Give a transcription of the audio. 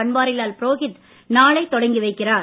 பன்வாரிலால் புரோகித் நாளை தொடங்கி வைக்கிறார்